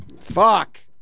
fuck